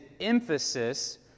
emphasis